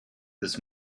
this